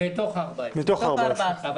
בתוך ה-14,